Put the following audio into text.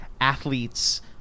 athletes